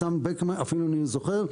אפילו אני זוכר,